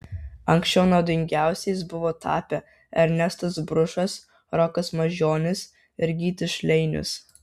anksčiau naudingiausiais buvo tapę ernestas bružas rokas mažionis ir gytis šleinius